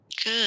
Good